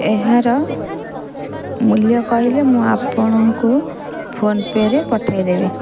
ଏହାର ମୂଲ୍ୟ କହିଲେ ମୁଁ ଆପଣଙ୍କୁ ଫୋନ୍ ପେରେ ପଠାଇ ଦେବି